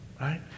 right